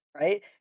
Right